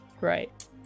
Right